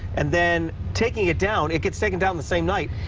and then taking it down. it gets taken down the same night.